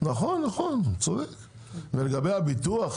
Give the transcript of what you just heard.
לגבי הביטוח